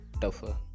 tougher